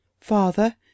Father